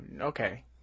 okay